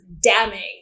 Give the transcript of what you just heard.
damning